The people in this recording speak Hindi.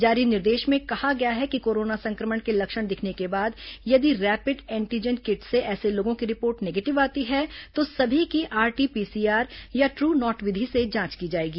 जारी निर्देश में कहा गया है कि कोरोना संक्रमण के लक्षण दिखने के बाद यदि रैपिड एंटीजन किट से ऐसे लोगों की रिपोर्ट निगेटिव आती है तो सभी की आरटी पीसीआर या ट्ट नॉट विधि से जांच की जाएगी